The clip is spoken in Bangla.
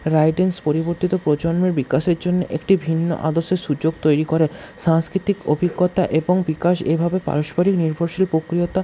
রাইটিংস পরিবর্তিত প্রজন্মের বিকাশের জন্য একটি ভিন্ন আদর্শের সুযোগ তৈরি করে সাংস্কৃতিক অভিজ্ঞতা এবং বিকাশ এইভাবে পারস্পরিক নির্ভরশীল